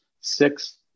Six